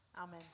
amen